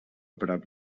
prop